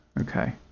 Okay